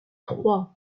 trois